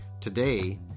Today